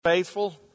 faithful